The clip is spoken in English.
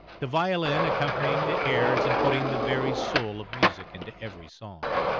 the violin accompanying the airs and putting the very soul of music into every song.